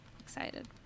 excited